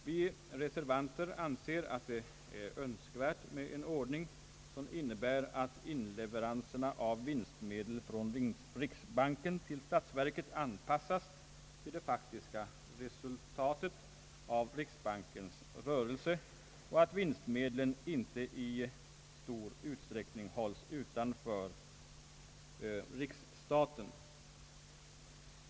Vi reservanter anser att det är önskvärt med en ordning som innebär att inleveranserna av vinstmedel från riksbanken till statsverket anpassas till det faktiska resultatet av riksbankens rörelse och att vinstmedlen inte i stor utsträckning hålls utanför riksstaten.